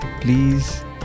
Please